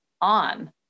on